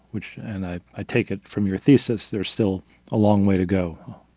which and i i take it from your thesis, there's still a long way to go.